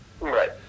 Right